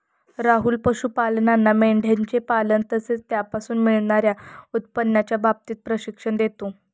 राहुल पशुपालांना मेंढयांचे पालन तसेच त्यापासून मिळणार्या उत्पन्नाच्या बाबतीत प्रशिक्षण देतो